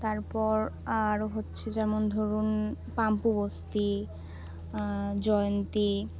তারপর আরও হচ্ছে যেমন ধরুন পাম্পু বস্তি জয়ন্তী